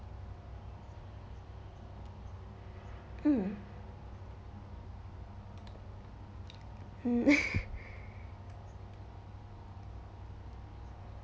mm